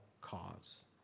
cause